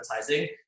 advertising